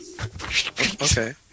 Okay